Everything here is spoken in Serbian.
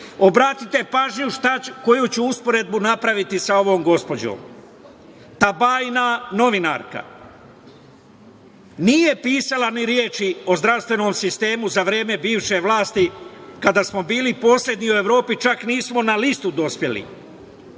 pažnju koju ću usporedu napraviti sa ovom gospođom. Ta bajna novinarka nije pisala ni reči o zdravstvenom sistemu za vreme bivše vlasti kada smo bili poslednji u Evropi, čak nismo na listu dospeli.